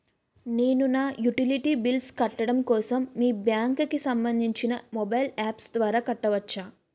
నేను నా utility bills కట్టడం కోసం మీ బ్యాంక్ కి సంబందించిన మొబైల్ అప్స్ ద్వారా కట్టవచ్చా?